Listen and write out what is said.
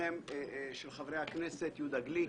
של חברי הכנסת יהודה גליק,